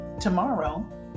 tomorrow